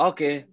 Okay